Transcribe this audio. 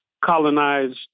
colonized